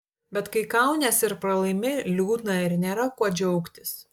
bet kai kaunies ir pralaimi liūdna ir nėra kuo džiaugtis